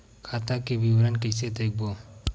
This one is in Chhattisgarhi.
खाता के विवरण कइसे देखबो?